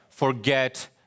Forget